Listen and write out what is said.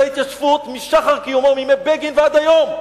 ההתיישבות משחר קיומו מימי בגין עד היום.